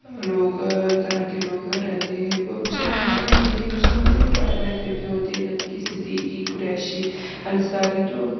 لوگ طرح کے لوگ رہتے ہیں اور مسلمان میں اگر ہم دیکھیں مسلمان میں بھی الگ الگ فرقے ہوتے ہیں جیسے کہ صدیقی قریشی انصاری تو